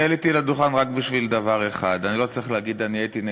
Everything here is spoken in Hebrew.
אני עליתי לדוכן רק בשביל דבר אחד.